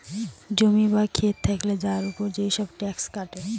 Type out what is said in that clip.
জমি বা খেত থাকলে তার উপর যেসব ট্যাক্স কাটে